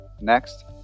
next